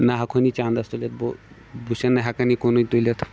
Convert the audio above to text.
نہ ہٮ۪کون یہِ چَندَس تُلِتھ بُہ بہٕ چھُسَن نہٕ ہٮ۪کَان یہِ کُنُے تُلِتھ